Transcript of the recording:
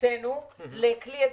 במדינתנו לכלי אזרחי.